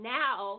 now